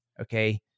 Okay